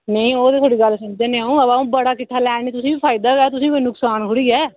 नेईं ओह् ते थुहाड़ी गल्ल ते समझै नी अं'ऊ ब बड़ा किट्ठा लैनी अं'ऊ तुसेंगी बी फायदा गै तुसेंगी कोई नुकसान थोह्ड़े ऐ